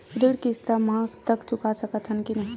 ऋण किस्त मा तक चुका सकत हन कि नहीं?